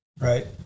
right